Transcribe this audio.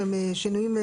שהם שינויים,